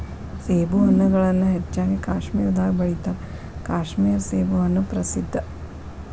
ಸೇಬುಹಣ್ಣುಗಳನ್ನಾ ಹೆಚ್ಚಾಗಿ ಕಾಶ್ಮೇರದಾಗ ಬೆಳಿತಾರ ಕಾಶ್ಮೇರ ಸೇಬುಹಣ್ಣು ಪ್ರಸಿದ್ಧ